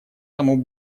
тому